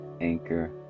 anchor